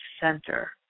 center